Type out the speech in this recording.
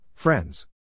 Friends